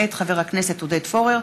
מאת חברי הכנסת עודד פורר,